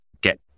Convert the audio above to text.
get